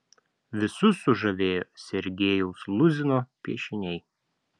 visus sužavėjo sergejaus luzino piešiniai